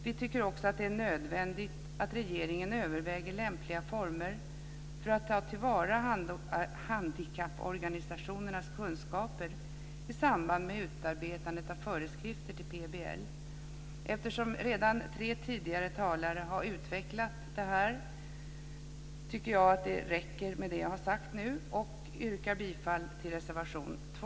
Vi tycker också att det är nödvändigt att regeringen överväger lämpliga former för att ta till vara handikapporganisationernas kunskaper i samband med utarbetandet av föreskrifter till PBL. Eftersom tre talare redan tidigare har utvecklat det här räcker det med det som jag har sagt nu. Jag yrkar bifall till reservation 2.